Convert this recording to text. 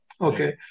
Okay